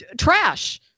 trash